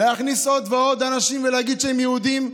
להכניס עוד ועוד אנשים ולהגיד שהם יהודים.